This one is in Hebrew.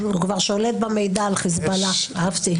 והוא כבר שולט במידע על חיזבאללה, אהבתי.